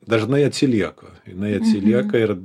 dažnai atsilieka jinai atsilieka ir